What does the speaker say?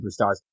superstars